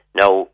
now